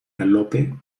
galope